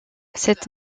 cette